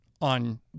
on